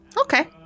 Okay